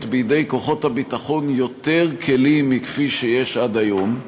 לכוחות הביטחון יותר כלים מכפי שיש עד היום.